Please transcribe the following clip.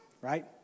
right